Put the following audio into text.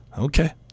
okay